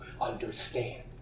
understand